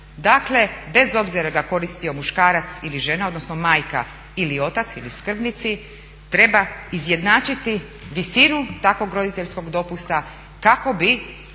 Dakle, bez obzira da li ga koristio muškarac ili žena, odnosno majka ili otac, ili skrbnici treba izjednačiti visinu takvog roditeljskog dopusta kako bi